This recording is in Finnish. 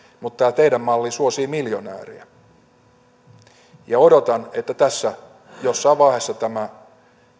mutta tämä teidän mallinne suosii miljonääriä odotan että tässä jossain vaiheessa tämä